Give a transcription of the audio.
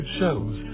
shows